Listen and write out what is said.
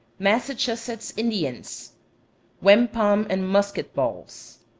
massachusetts indians wampum and musket-balls.